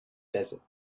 desert